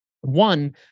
One